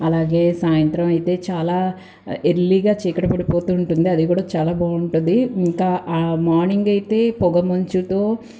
అలాగే సాయంత్రం అయితే చాల ఎర్లీగా చీకటి పడిపోతు ఉంటుంది అది కూడా చాల బాగుంటుంది ఇంకా మార్నింగ్ అయితే పొగ మంచుతో